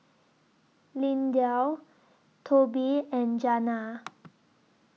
Lindell Tobin and Janna